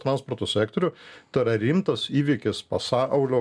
transporto sektorių tai yra rimtas įvykis pasaulio